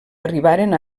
arribaren